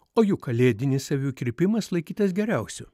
o juk kalėdinis avių kirpimas laikytas geriausiu